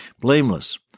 Blameless